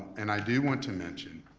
and i do want to mention,